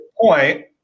point